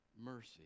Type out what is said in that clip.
mercy